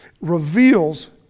reveals